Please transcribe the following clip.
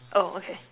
oh okay